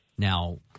Now